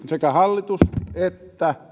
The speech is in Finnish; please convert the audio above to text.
sekä hallitus että